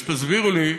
שתסבירו לי,